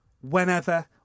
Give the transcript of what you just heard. whenever